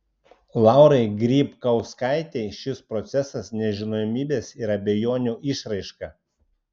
laurai grybkauskaitei šis procesas nežinomybės ir abejonių išraiška